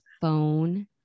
phone